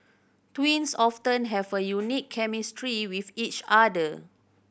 twins often have a unique chemistry with each other